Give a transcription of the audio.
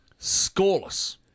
Scoreless